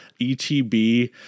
ETB